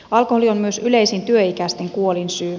alkoholi on myös yleisin työikäisten kuolinsyy